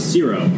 Zero